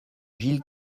gilles